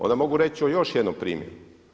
Onda mogu reći o još jednom primjeru.